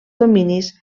dominis